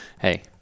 hey